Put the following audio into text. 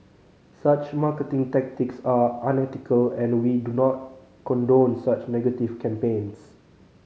such marketing tactics are unethical and we do not condone such negative campaigns